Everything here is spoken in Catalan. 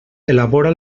elabora